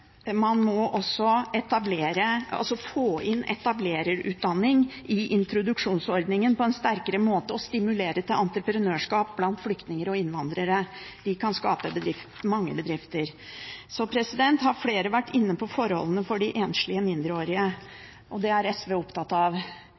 stimulere til entreprenørskap blant flyktninger og innvandrere. De kan skape mange bedrifter. Flere har vært inne på forholdene for de enslige mindreårige.